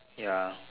ya